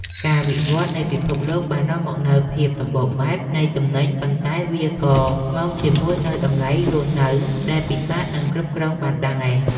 ការវិវត្តនៃពិភពលោកបាននាំមកនូវភាពសម្បូរបែបនៃទំនិញ ប៉ុន្តែវាក៏មកជាមួយនូវតម្លៃរស់នៅដែលពិបាកនឹងគ្រប់គ្រងបានដែរ។